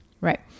Right